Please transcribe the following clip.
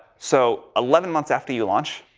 so, eleven months after you launch,